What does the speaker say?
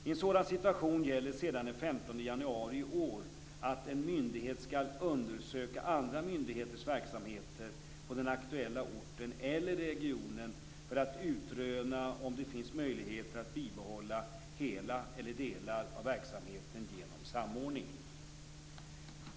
I en sådan situation gäller sedan den 15 januari i år att en myndighet skall undersöka andra myndigheters verksamheter på den aktuella orten eller i regionen för att utröna om det finns möjligheter att bibehålla hela eller delar av verksamheten genom samordning.